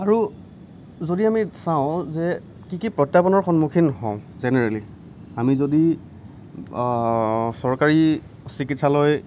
আৰু যদি আমি চাওঁ যে কি কি প্ৰত্য়াহবানৰ সন্মুখীন হওঁ জেনেৰেলী আমি যদি চৰকাৰী চিকিৎসালয়